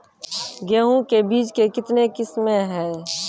गेहूँ के बीज के कितने किसमें है?